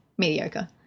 Mediocre